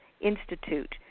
Institute